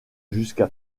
jusqu’à